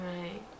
Right